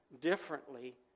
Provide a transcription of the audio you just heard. Differently